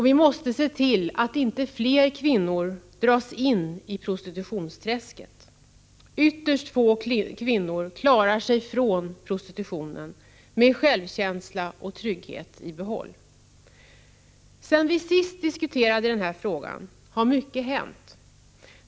Vi måste se till att inte fler kvinnor dras in i prostitutionsträsket. Ytterst få kvinnor klarar sig från prostitutionen med självkänsla och trygghet i behåll. Sedan vi senast diskuterade den här frågan har mycket hänt.